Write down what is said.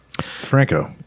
Franco